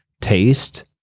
taste